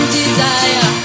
desire